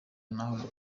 naho